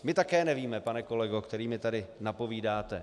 My také nevíme, pane kolego, který mi tady napovídáte.